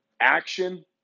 action